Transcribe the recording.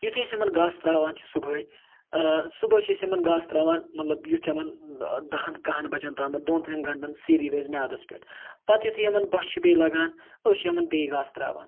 یُتھُے أسۍ یِمَن گاسہٕ ترٛاوان چھِ صُبحٲے صُبحٲے چھِ أسۍ یِمَن گاسہٕ ترٛاوان مطلب یُتھ یِمَن دَہَن کَہَن بَجَن تامَتھ دۄن ترٛٮ۪ن گنٹَن سیٖری روزِ میٛادَس پٮ۪ٹھ پَتہٕ یُتھُے یِمَن بۄچھِ چھِ بیٚیہِ لَگان أسۍ چھِ یِمَن بیٚیہِ گاسہٕ ترٛاوان